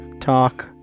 talk